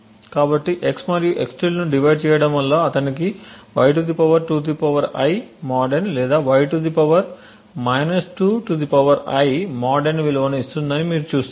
కాబట్టి x మరియు x ను డివైడ్ చేయడం వల్ల అతనికి y 2 I mod n లేదా y 2 I mod n విలువను ఇస్తుందని మీరు చూస్తారు